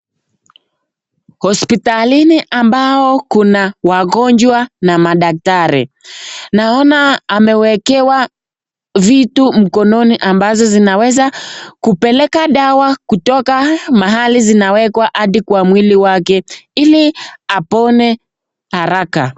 Hospitalini ambao kuna wagonjwa na madaktari. Naona amewekewa vitu mkononi ambazo zinaweza kupeleka dawa kutoka mahali zinawekwa hadi kwa mwili wake ili apone haraka.